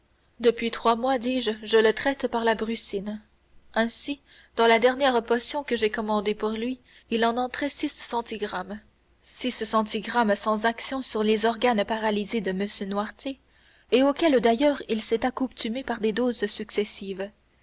depuis trois mois dis-je je le traite par la brucine ainsi dans la dernière potion que j'ai commandée pour lui il en entrait six centigrammes six centigrammes sans action sur les organes paralysés de m noirtier et auxquels d'ailleurs il s'est accoutumé par des doses successives